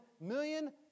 million